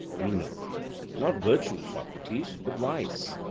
meno not virtue, socrates, but vice.